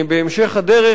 בהמשך הדרך,